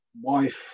wife